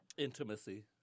intimacy